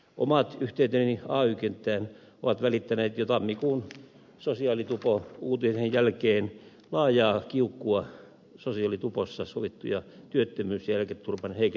omat yhteyteni ay kenttään ovat välittäneet jo tammikuun sosiaalitupouutisen jälkeen laajaa kiukkua sosiaalitupossa sovittuja työttömyys ja eläketurvan heikennyksiä kohtaan